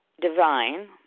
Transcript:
divine